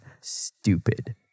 stupid